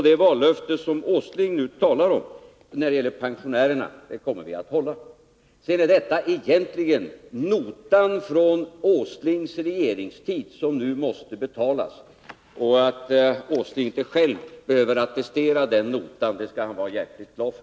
Det vallöfte som Nils Åsling nu talar om, nämligen det som gäller pensionärerna, kommer vi att hålla. Sedan vill jag säga att detta egentligen handlar om den nota från Nils Åslings regeringstid som nu måste betalas. Att Nils Åsling inte själv behöver attestera den notan skall han vara hjärtligt glad för.